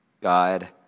God